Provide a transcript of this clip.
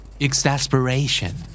Exasperation